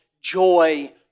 joy